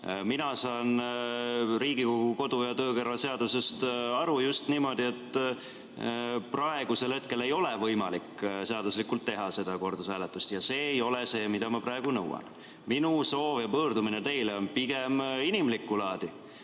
Mina saan Riigikogu kodu- ja töökorra seadusest aru just niimoodi, et praegu ei ole võimalik seaduslikult teha seda kordushääletust, ja see ei ole see, mida ma praegu nõuan. Minu soov ja pöördumine teile on pigem inimlikku laadi.